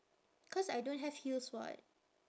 cause I don't have heels [what]